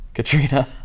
Katrina